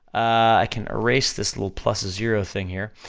i can erase this little plus zero thing here,